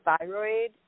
thyroid